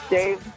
Dave